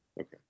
Okay